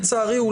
לצערי,